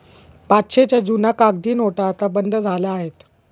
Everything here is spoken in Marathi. पाचशेच्या जुन्या कागदी नोटा आता बंद झाल्या आहेत